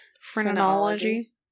Phrenology